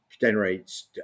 generates